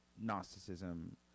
Gnosticism